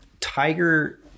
tiger